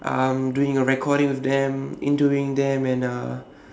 i'm doing a recording with them interviewing them and uh